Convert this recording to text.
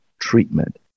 treatment